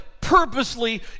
purposely